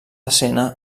escena